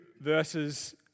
verses